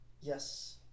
Yes